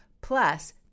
plus